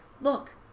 look